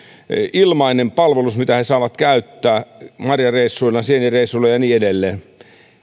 ilmainen palvelus mitä saa käyttää marjareissuilla sienireissuilla ja niin edelleen